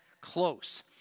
close